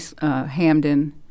Hamden